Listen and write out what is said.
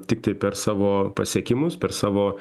tiktai per savo pasiekimus per savo